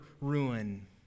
ruin